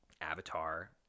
Avatar